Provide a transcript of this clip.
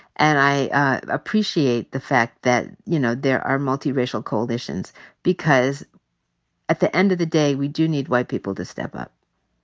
and i appreciate the fact that, you know, there are multi-racial coalitions because at the end of the day we do need white people to step up.